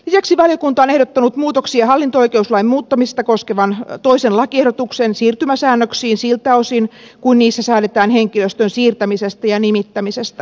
lisäksi valiokunta on ehdottanut muutoksia hallinto oikeuslain muuttamista koskevan toisen lakiehdotuksen siirtymäsäännöksiin siltä osin kuin niissä säädetään henkilöstön siirtämisestä ja nimittämisestä